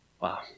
wow